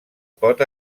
pot